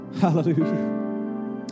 Hallelujah